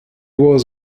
was